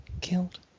killed